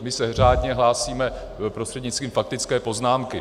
My se řádně hlásíme prostřednictvím faktické poznámky.